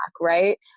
right